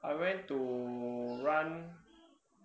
I went to run